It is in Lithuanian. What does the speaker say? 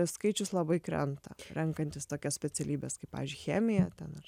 skaičius labai krenta renkantis tokias specialybes kaip pavyzdžiui chemiją ten ar